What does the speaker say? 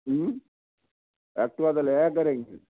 Activa ਤਾਂ ਲੈ ਆਇਆ ਕਰੀ ਫਿਰ